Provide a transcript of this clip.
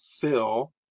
Phil